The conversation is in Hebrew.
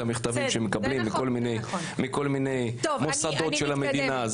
המכתבים שהם מקבלים מכל מיני מוסדות של המדינה.